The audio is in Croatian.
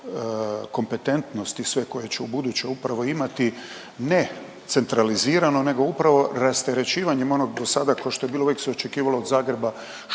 kompetentnost i sve koje će ubuduće upravo imati, ne centralizirano nego upravo rasterećivanjem onog dosada košto je bilo, uvijek se očekivalo od Zagreba